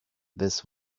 this